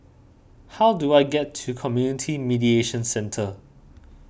how do I get to Community Mediation Centre